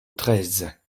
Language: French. treize